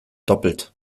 doppelt